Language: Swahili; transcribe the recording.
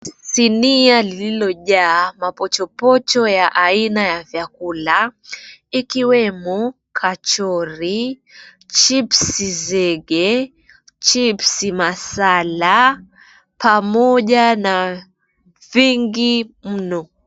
Sinia lililojaa mapochopocho ya aina ya vyakula, ikiwemo kachori, chipsii zegee, chipsii masala, pamoja na vingine vingi mno.